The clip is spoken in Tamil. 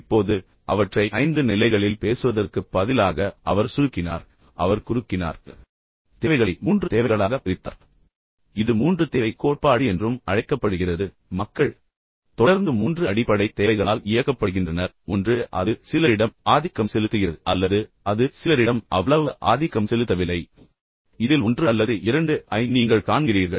இப்போது அவற்றை 5 நிலைகளில் பேசுவதற்குப் பதிலாக அவர் சுருக்கினார் அவர் குறுக்கினார் தேவைகளை 3 தேவைகளாக பிரித்தார் இது 3 தேவை கோட்பாடு என்றும் அழைக்கப்படுகிறது பின்னர் மக்கள் தொடர்ந்து 3 அடிப்படை தேவைகளால் இயக்கப்படுகின்றனர் என்று அவர் கூறினார் ஒன்று அது சிலரிடம் ஆதிக்கம் செலுத்துகிறது அல்லது அது சிலரிடம் அவ்வ்ளவு ஆதிக்கம் செலுத்தவில்லை ஆனால் இந்த இயக்ககங்களில் குறைந்தது 1 அல்லது 2 ஐ நீங்கள் காண்கிறீர்கள்